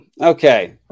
Okay